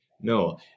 No